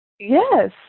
Yes